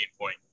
point